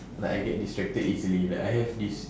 like I get distracted easily like I have this